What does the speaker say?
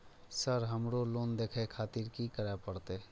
Sir हमरो loan देखें खातिर की करें परतें?